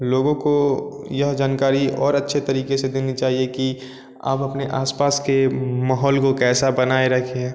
लोगों को यह जानकारी और अच्छे तरीक़े से देनी चाहिए कि आप अपने आस पास के माहौल को कैसा बनाए रखें